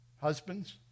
Husbands